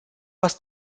was